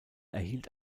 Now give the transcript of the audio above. erhielt